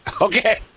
Okay